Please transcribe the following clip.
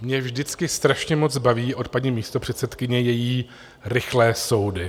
Mě vždycky strašně moc baví od paní místopředsedkyně její rychlé soudy.